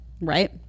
right